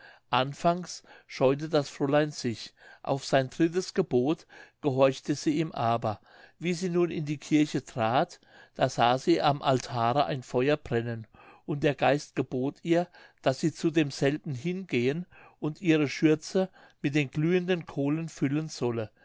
anfangs scheute das fräulein sich auf sein drittes gebot gehorchte sie ihm aber wie sie nun in die kirche trat da sah sie am altare ein feuer brennen und der geist gebot ihr daß sie zu demselben hingehen und ihre schürze mit den glühenden kohlen füllen solle